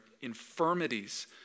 infirmities